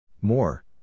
More